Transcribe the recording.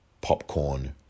Popcorn